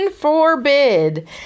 forbid